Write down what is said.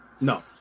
No